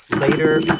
Later